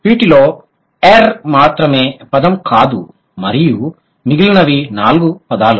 వీటిలో ఎర్ మాత్రమే పదం కాదు మరియు మిగిలినవి నాలుగు పదాలు